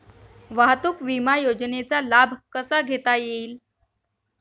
वाहतूक विमा योजनेचा लाभ कसा घेता येईल?